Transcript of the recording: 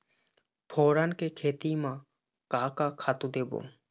फोरन के खेती म का का खातू देबो?